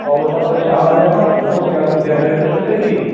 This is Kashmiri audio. پاوَر سَپلَے چھِ اَلگ گژھان پتہٕ پۅنٛسہٕ کیٛازِ کہِ جنٛریٹر چھُ اَسہِ أتی